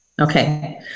okay